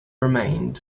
remained